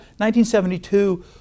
1972